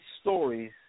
stories